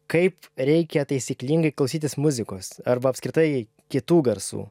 kaip reikia taisyklingai klausytis muzikos arba apskritai kitų garsų